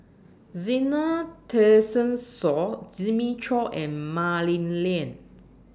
Zena Tessensohn Jimmy Chok and Mah Li Lian